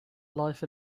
life